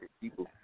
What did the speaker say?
people